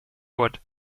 wort